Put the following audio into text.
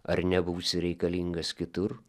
ar nebūsiu reikalingas kitur